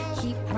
keep